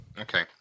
Okay